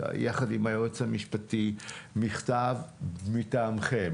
יחד עם היועץ המשפטי מכתב מטעמכם,